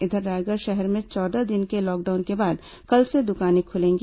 इधर रायगढ़ शहर में चौदह दिन के लॉकडाउन के बाद कल से दुकानें खुलेंगी